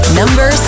number